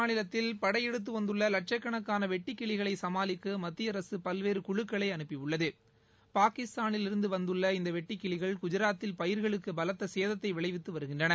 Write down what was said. மாநிலத்தில் கஜராத் படையெடுத்துவந்துள்ளவட்சக்கணக்கானவெட்டுக்கிளியைசமாளிக்கமத்தியஅரசுபல்வேறுகுழுக்களைஅனுப்பியுள் ளது பாகிஸ்தானிலிருந்துவந்துள்ள இந்தவெட்டுக் கிளிகள் கஜாத்தில் பயிர்களுக்குபலத்தசேதத்தைவிளைவித்துவருகின்றன